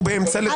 הוא באמצע דיבור.